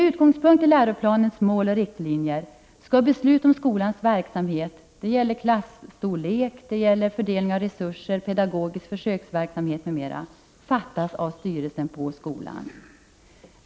verksamhet — det gäller klasstorlek, fördelning av resurser, pedagogisk Prot. 1988/89:35 försöksverksamhet m.m. — fattas av styrelsen på skolan.